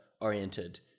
oriented